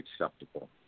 acceptable